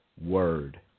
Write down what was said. word